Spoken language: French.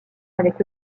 avec